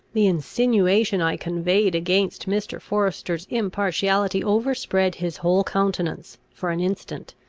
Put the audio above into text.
the insinuation i conveyed against mr. forester's impartiality overspread his whole countenance, for an instant,